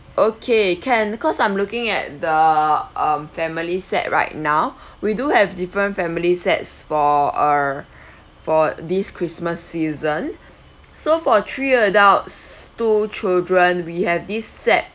okay can because I'm looking at the uh family set right now we do have different family sets for err for this christmas season so for three adults two children we have this set